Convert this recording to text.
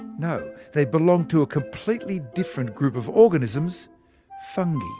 you know they belong to a completely different group of organisms fungi.